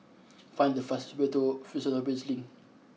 find the fastest way to Fusionopolis Link